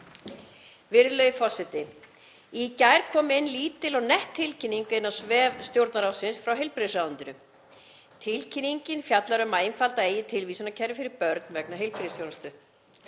Virðulegi forseti. Í gær kom ein lítil og nett tilkynning inn á vef Stjórnarráðsins frá heilbrigðisráðuneytinu. Tilkynningin fjallar um að einfalda eigi tilvísunarkerfi fyrir börn vegna heilbrigðisþjónustu.